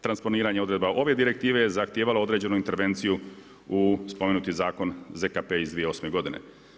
Transponiranje odredba ove direktive zahtjeva određenu intervenciju u spomenuti zakon ZKP iz 2008. godine.